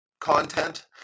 content